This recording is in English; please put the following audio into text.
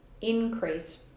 increase